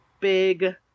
big